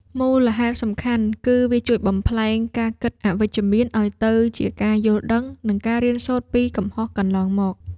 មូលហេតុសំខាន់គឺវាជួយបំប្លែងការគិតអវិជ្ជមានឱ្យទៅជាការយល់ដឹង និងការរៀនសូត្រពីកំហុសកន្លងមក។